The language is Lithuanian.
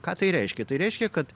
ką tai reiškia tai reiškia kad